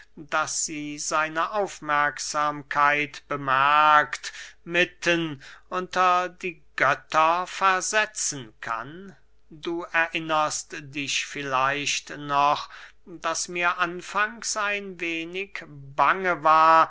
daß sie seine aufmerksamkeit bemerkt mitten unter die götter versetzen kann du erinnerst dich vielleicht noch daß mir anfangs ein wenig bange war